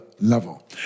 level